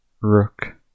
Rook